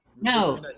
No